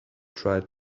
tried